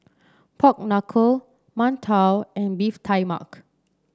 Pork Knuckle mantou and beef tai mak